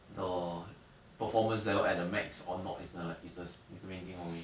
the performance level at the max or not is another is the main thing for me